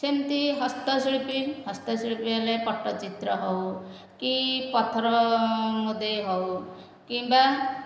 ସେମିତି ହସ୍ତଶିଳ୍ପୀ ହସ୍ତଶିଳ୍ପୀ ହେଲେ ପଟ୍ଟଚିତ୍ର ହେଉ କି ପଥର ମୁଦେଇ ହେଉ କିମ୍ବା